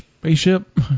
Spaceship